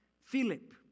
Philip